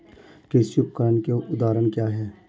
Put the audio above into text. कृषि उपकरण के उदाहरण क्या हैं?